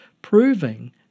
proving